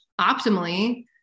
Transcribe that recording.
optimally